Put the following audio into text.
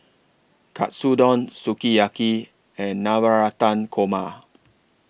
Katsudon Sukiyaki and Navratan Korma